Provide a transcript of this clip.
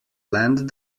land